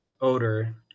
odor